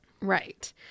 Right